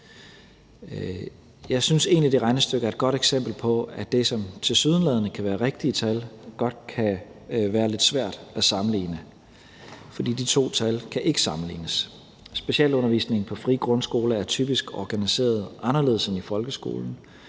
Jeg synes egentlig, at det regnestykke er et godt eksempel på, at det, som tilsyneladende kan være rigtige tal, godt kan være lidt svære at sammenligne, for de to tal kan ikke sammenlignes. Specialundervisningen på frie grundskoler er typisk organiseret anderledes end i folkeskolen.